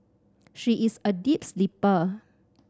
she is a deep sleeper